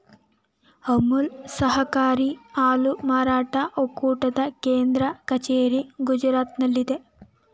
ಅಮುಲ್ ಸಹಕಾರಿ ಹಾಲು ಮಾರಾಟ ಒಕ್ಕೂಟದ ಕೇಂದ್ರ ಕಚೇರಿ ಗುಜರಾತ್ನಲ್ಲಿದೆ